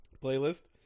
playlist